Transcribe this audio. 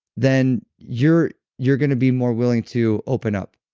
then you're you're going to be more willing to open up.